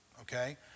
okay